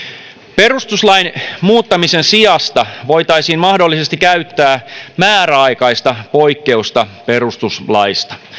perustuslain muuttamisen sijasta voitaisiin mahdollisesti käyttää määräaikaista poikkeusta perustuslaista